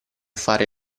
fare